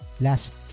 last